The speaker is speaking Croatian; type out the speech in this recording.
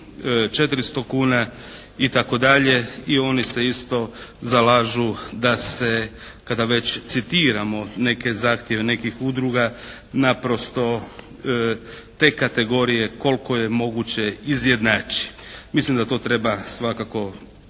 400 kuna itd. i oni se isto zalažu da se kada već citiramo neke zahtjeve nekih udruga naprosto te kategorije koliko je moguće izjednači. Mislim da to treba svakako